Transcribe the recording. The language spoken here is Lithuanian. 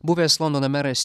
buvęs londono meras